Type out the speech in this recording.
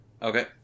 okay